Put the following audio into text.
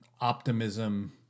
optimism